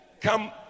come